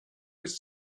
was